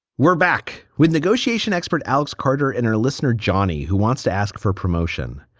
we're back with negotiation expert alex carter and our listener johnny, who wants to ask for a promotion,